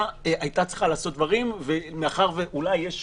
הייתה צריכה לעשות דברים ומאחר ואולי יש